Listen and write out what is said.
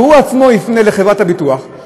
אם הוא עצמו יפנה לחברת הביטוח,